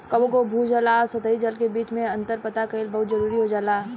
कबो कबो भू जल आ सतही जल के बीच में अंतर पता कईल बहुत जरूरी हो जाला